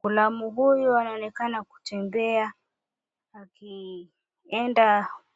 Ghulamu huyu anaonekana kutembea akienda